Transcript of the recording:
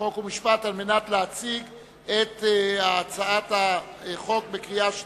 חוק ומשפט להציג את הצעת החוק לקריאה שנייה.